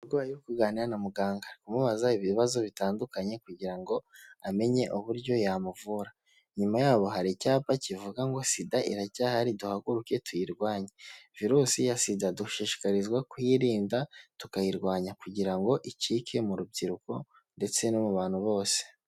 Umurwayi uri kuganira na muganga. Amubaza ibibazo bitandukanye kugira ngo amenye uburyo yamuvura. Inyuma yabo hari icyapa kivuga ngo: " SIDA iracyahari duhaguruke tuyirwanye." Virusi ya SIDA dushishikarizwa kuyirinda, tukayirwanya kugira ngo icike mu rubyiruko ndetse no mu bantu bose.